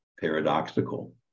paradoxical